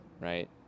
right